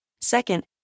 Second